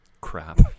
crap